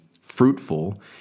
fruitful